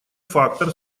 фактор